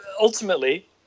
ultimately